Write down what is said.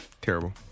Terrible